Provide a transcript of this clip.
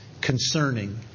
concerning